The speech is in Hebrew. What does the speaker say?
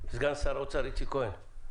סגן שר האוצר איציק כהן: